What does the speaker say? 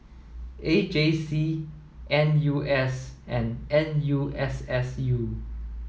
A J C N U S and N U S S U